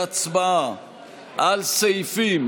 להסתייגות